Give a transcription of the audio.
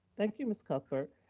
thank you, mrs. cuthbert.